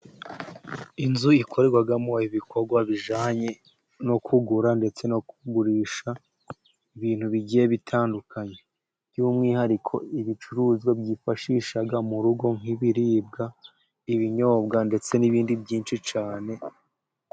Inzu ikorerwamo ibikorwa bijyanye ,no kugura ndetse no kugurisha ibintu bigiye bitandukanye, by'umwihariko ibicuruzwa byifashisha mu rugo, nk'ibiribwa, ibinyobwa ndetse n'ibindi byinshi cyane.